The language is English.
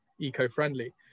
eco-friendly